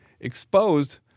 Exposed